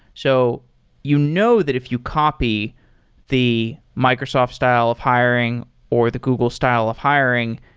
so you know that if you copy the microsoft style of hiring or the google style of hiring,